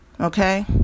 okay